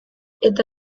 eta